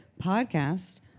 podcast